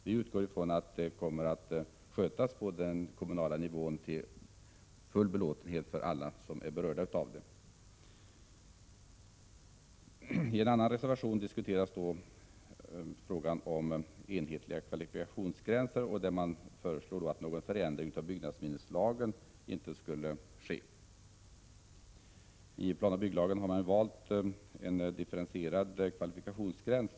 Vi utgår ifrån att detta kommer att skötas på den kommunala nivån till full belåtenhet för alla som är berörda. I en annan reservation diskuteras frågan om enhetliga kvalifikationsgränser. Man föreslår att någon förändring av byggnadsminneslagen inte skall ske. I planoch bygglagen har man valt en differentierad kvalifikationsgräns.